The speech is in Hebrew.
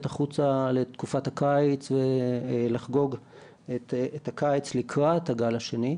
החוצה לתקופת הקיץ לחגוג את הקיץ לקראת הגל השני,